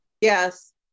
Yes